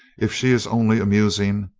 if she is only amusing,